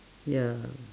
ya